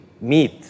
meet